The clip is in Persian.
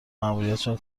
ماموریتشان